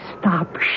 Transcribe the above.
stop